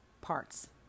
parts